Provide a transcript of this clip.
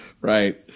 Right